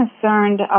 concerned